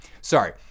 Sorry